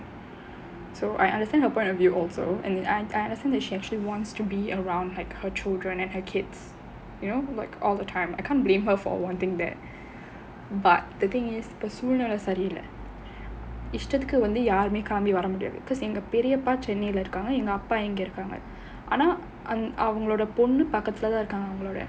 so I understand her point of view also and I think that she actually wants to be around have her children and her kids you know like all the time I can't blame her for one thing there but the thing is இப்போ சூழ்நிலை சரி இல்ல இஷ்டத்துக்கு வந்து யாருமே கிளம்பி வர முடியாது எங்க பெரியப்பா சென்னைல இருக்காங்க எங்க அப்பா இங்க இருக்காங்க ஆனா அவங்களோட பொண்ணு பக்கத்துல தான் இருகாங்க அவங்களோட:ippo soolnilai sari illa ishtathukku yaarumae kilambi vara mudiyaathu enga periyappaa chennaila irukkaanga enga appa inga irukkaanga aanaa avangaloda ponnu pakkathula thaan irukkaanga avangaloda